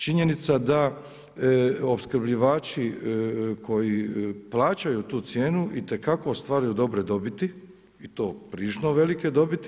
Činjenica da opskrbljivači koji plaćaju tu cijenu, itekako ostvaruju dobre dobiti i to prilično velike dobiti.